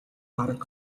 бараг